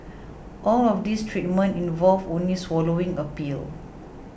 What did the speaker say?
all of these treatments involve only swallowing a pill